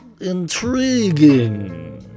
Intriguing